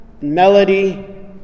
melody